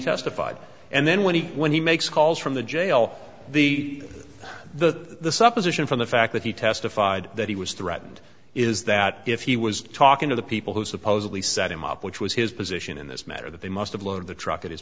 testified and then when he when he makes calls from the jail the the supposition from the fact that he testified that he was threatened is that if he was talking to the people who supposedly set him up which was his position in this matter that they must of load the truck at his